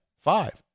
five